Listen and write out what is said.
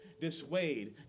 dissuade